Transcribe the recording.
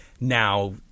now